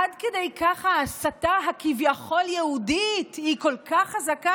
עד כדי כך ההסתה הכביכול-יהודית היא כל כך חזקה,